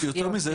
יותר מזה,